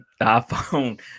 iPhone